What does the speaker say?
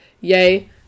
yay